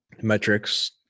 metrics